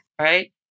Right